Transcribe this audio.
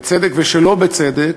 בצדק ושלא בצדק,